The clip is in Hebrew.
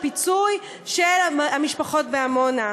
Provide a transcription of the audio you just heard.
לפיצוי של המשפחות בעמונה.